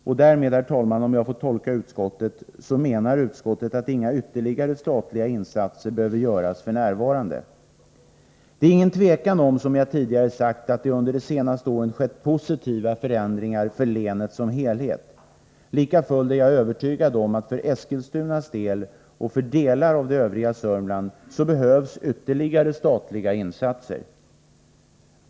Jag tolkar detta så, herr talman, att utskottet menar att inga ytterligare statliga insatser behöver göras f. n. Det är, som jag tidigare sagt, inget tvivel om att det under det senaste året skett positiva förändringar för länet som helhet. Likafullt är jag övertygad om att det för Eskilstunas vidkommande och för delar av det övriga Sörmland behövs ytterligare statliga insatser.